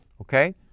okay